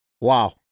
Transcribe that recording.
Wow